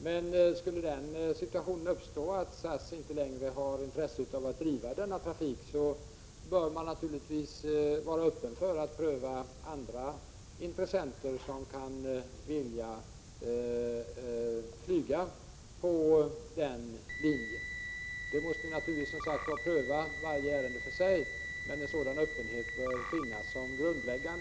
Men skulle den situationen uppstå att SAS 2 inte längre har intresse av att driva denna trafik, bör man naturligtvis vara öppen för att pröva andra intressenter som kan vilja flyga på den linjen. Man måste som sagt pröva varje ärende för sig, men en sådan öppenhet bör vara grundläggande vid bedömningen.